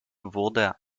wurde